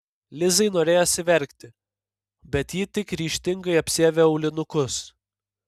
lizai norėjosi verkti bet ji tik ryžtingai apsiavė aulinukus